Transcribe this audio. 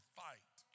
fight